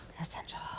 Essential